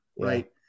right